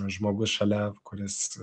žmogus šalia kuris